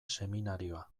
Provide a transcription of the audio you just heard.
seminarioa